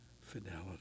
fidelity